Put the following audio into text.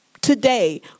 today